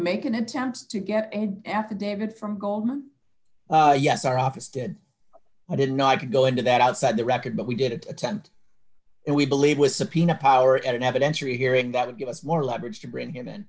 an attempt to get an affidavit from goldman yes our office did i didn't know i could go into that outside the record but we did attempt and we believe with subpoena power at an evidentiary hearing that would give us more leverage to bring him in